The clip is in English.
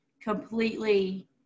completely